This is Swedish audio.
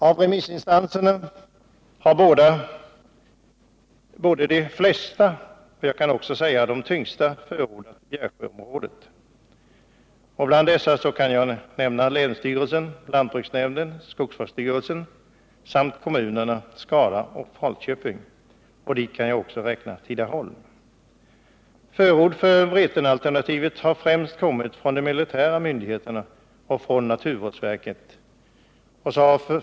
Av remissinstanserna har de flesta och också de tyngsta förordat Bjärsjöområdet. Bland dessa kan nämnas länsstyrelsen, lantbruksnämnden, skogsvårdsstyrelsen samt kommunerna Skara, Falköping och också Tidaholm. Förord för Vretenalternativet har främst kommit från de militära myndigheterna och från naturvårdsverket.